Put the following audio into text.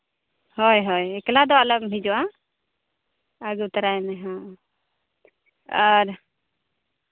ᱦᱳᱭ ᱦᱳᱭ ᱮᱠᱞᱟ ᱫᱚ ᱟᱞᱚᱢ ᱦᱤᱡᱩᱜᱼᱟ ᱟᱹᱜᱩ ᱛᱟᱨᱟᱭ ᱢᱮ ᱦᱚᱸ ᱟᱨ